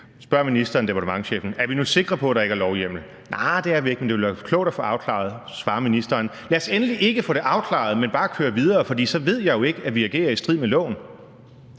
spørger minsteren departementschefen: Er vi nu sikre på, der ikke er lovhjemmel? Så svares der: Arh, det er vi ikke, men det vil være klogt at få det afklaret. Og så svarer ministeren: Lad os endelig ikke få det afklaret, men bare køre videre, for så ved jeg jo ikke, at vi agerer i strid med loven.